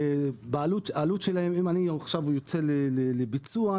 אם אני יוצא עכשיו לביצוע,